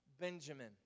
Benjamin